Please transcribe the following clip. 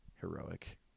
heroic